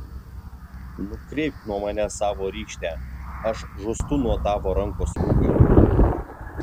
nukreipk nuo manęs savo rykštę aš žūstu nuo tavo rankos smūgių